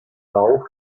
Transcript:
bau